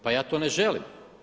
Pa ja to ne želim!